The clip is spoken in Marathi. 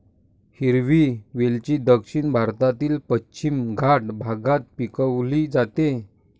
हिरवी वेलची दक्षिण भारतातील पश्चिम घाट भागात पिकवली जाते